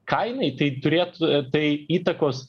kainai tai turėt tai įtakos